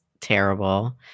terrible